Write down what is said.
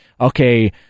okay